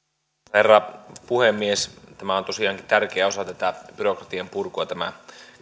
herra puhemies tämä kyseinen lakiesitys on tosiaankin tärkeä osa tätä byrokratian purkua tämä